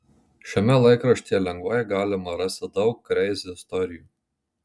šiame laikraštyje lengvai galima rasti daug kreizi istorijų